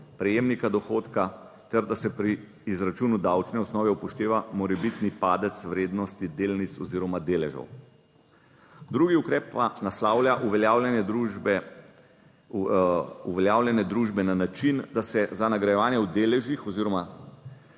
prejemnika dohodka, ter da se pri izračunu davčne osnove upošteva morebitni padec vrednosti delnic oziroma deležev. Drugi ukrep pa naslavlja uveljavljanje družbe na način, da se za nagrajevanje v deležih oziroma